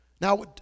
Now